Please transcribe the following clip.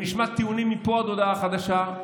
נשמע טיעונים מפה עד הודעה חדשה.